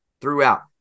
throughout